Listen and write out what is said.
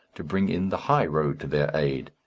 to bring in the high road to their aid.